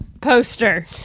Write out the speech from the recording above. Poster